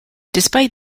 despite